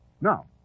Now